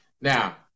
Now